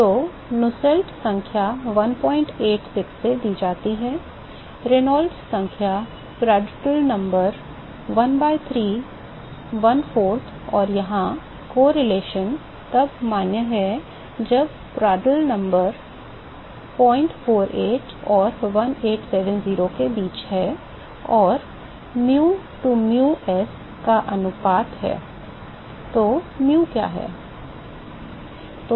तो नुसेल्ट संख्या 186 से दी जाती है रेनॉल्ड्स संख्या प्रांटल संख्या 1 by 3 one fourth और यहाँ यह सहसंबंध तब मान्य है जब प्रांदल संख्या 048 और 1870 के बीच है और mu to mu s का अनुपात है तो mu क्या है